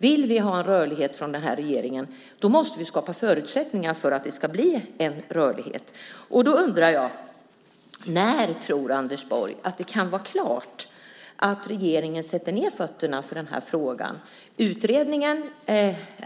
Vill den här regeringen ha en rörlighet måste vi också skapa förutsättningar för att det ska bli en rörlighet. Därför undrar jag: När tror Anders Borg att det kan vara klart för regeringen att sätta ned foten i den här frågan? Utredningen